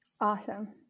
Awesome